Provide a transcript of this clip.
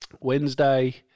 Wednesday